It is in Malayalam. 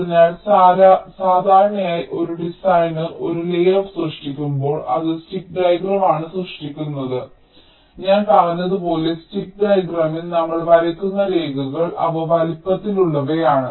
അതിനാൽ സാധാരണയായി ഒരു ഡിസൈനർ ഒരു ലേഔട്ട് സൃഷ്ടിക്കുമ്പോൾ അത് സ്റ്റിക്ക് ഡയഗ്രമാണ് സൃഷ്ടിക്കുന്നത് അതിനാൽ ഞാൻ പറഞ്ഞതുപോലെ സ്റ്റിക്ക് ഡയഗ്രാമിൽ നമ്മൾ വരയ്ക്കുന്ന രേഖകൾ അവ വലുപ്പത്തിലുള്ളവയാണ്